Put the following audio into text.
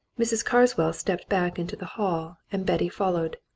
mrs. carswell stepped back into the hall, and betty followed.